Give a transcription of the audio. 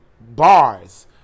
bars